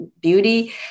beauty